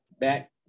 back